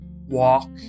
walk